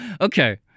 okay